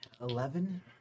Eleven